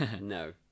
No